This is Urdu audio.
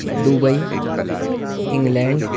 Dubai England